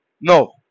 No